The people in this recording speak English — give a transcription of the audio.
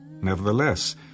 Nevertheless